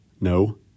no